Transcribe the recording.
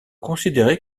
considérées